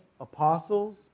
apostles